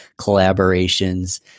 collaborations